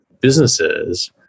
businesses